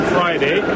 Friday